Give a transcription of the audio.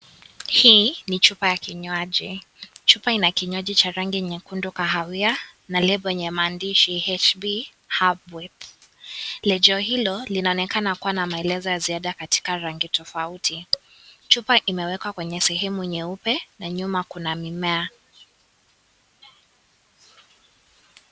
hii ni chupa ya kinywaji. Chupa ina kinywaji Cha rangi ya nyekundu kahawia na lebo enye maandishi HP hapo. Lego ilo lina maelezo ya ziada kwenye rangi tofauti. Chupa imewekwa kwenye sehemu nyeupe na nyuma kuna mimea.